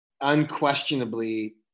unquestionably